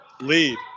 lead